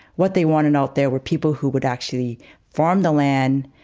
what they wanted out there were people who would actually farm the land,